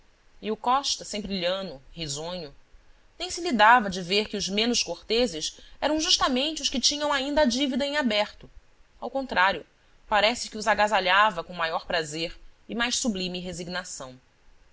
e o costa sempre lhano risonho nem se lhe dava de ver que os menos corteses eram justamente os que tinham ainda a dívida em aberto ao contrário parece que os agasalhava com maior prazer e mais sublime resignação